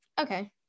Okay